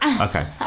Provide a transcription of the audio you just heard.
okay